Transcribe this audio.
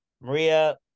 maria